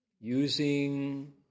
using